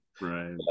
right